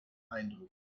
eindruck